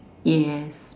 yes yes